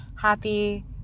happy